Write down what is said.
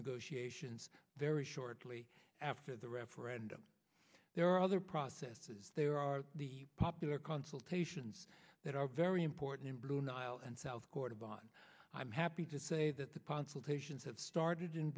negotiations very shortly after the referendum there are other processes there are the popular consultations that are very important in blue nile and south korea bonn i'm happy to say that the